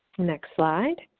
next slide.